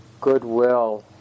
goodwill